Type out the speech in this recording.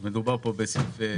שהיא קטינה ועל פי החוק